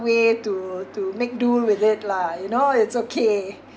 way to to make do with it lah you know it's okay